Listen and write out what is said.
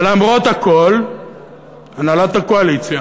ולמרות הכול הנהלת הקואליציה